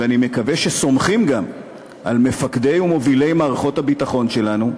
ואני מקווה שגם סומכים על מפקדי ומובילי מערכות הביטחון שלנו,